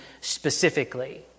specifically